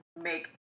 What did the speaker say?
make